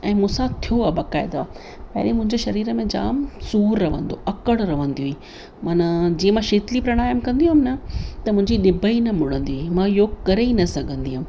ऐं मूंसां थियो आहे बक़ाइदा पहिरीं मुंहिंजी शरीर में जाम सूर रहंदो अकड़ रहंदी हुई मन जीअं मां शीतली प्राणायाम कंदी हुयमि न त मुंहिंजी ॼिभ ई न मुड़ंदी हुई मां योग करे ई न सघंदी हुयमि